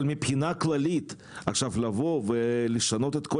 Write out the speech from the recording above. אבל מבחינה כללית עכשיו לבוא ולשנות את כל